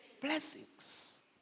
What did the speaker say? Blessings